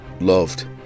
loved